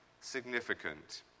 significant